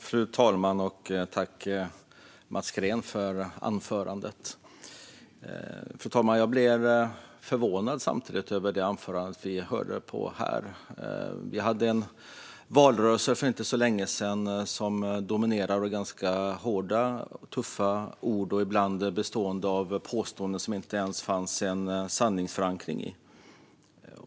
Fru talman! Tack, Mats Green, för anförandet! Jag blev förvånad över det anförande vi hörde. Vi hade en valrörelse för inte så länge sedan som dominerades av ganska hårda och tuffa ord, och ibland var det påståenden som det inte ens fanns en sanningsförankring i.